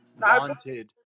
wanted